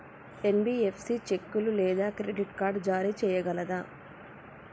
NBFC చెక్కులు లేదా credit card జారీ చేయగలదా?